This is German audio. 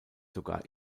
sogar